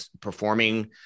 performing